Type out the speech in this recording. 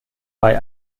bei